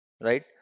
right